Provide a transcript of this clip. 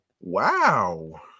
Wow